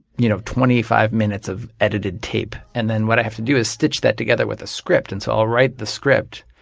you know, twenty five minutes of edited tape. and then what i have to do is stitch that together with a script. and so i'll write the script,